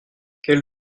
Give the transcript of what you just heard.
quel